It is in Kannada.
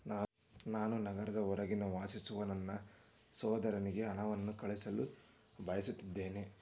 ನಾನು ನಗರದ ಹೊರಗೆ ವಾಸಿಸುವ ನನ್ನ ಸಹೋದರನಿಗೆ ಹಣವನ್ನು ಕಳುಹಿಸಲು ಬಯಸುತ್ತೇನೆ